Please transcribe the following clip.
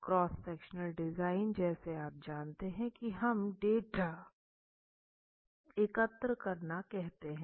cross sectional design जैसे आप जानते हैं कि हम डेटा एकत्र करना कहते हैं